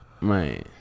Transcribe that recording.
Man